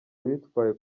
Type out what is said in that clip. bitwaye